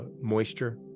moisture